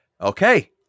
Okay